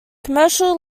commercial